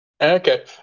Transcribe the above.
Okay